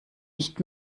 nicht